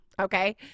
Okay